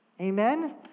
Amen